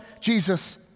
Jesus